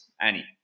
Annie